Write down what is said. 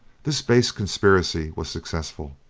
this base conspiracy was successful,